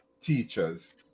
teachers